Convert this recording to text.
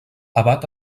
abat